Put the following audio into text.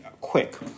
quick